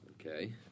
Okay